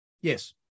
Yes